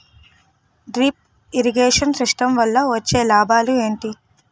Drip irrigation system వల్ల వచ్చే లాభాలు ఏంటి?